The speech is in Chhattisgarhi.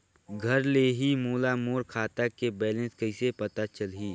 घर ले ही मोला मोर खाता के बैलेंस कइसे पता चलही?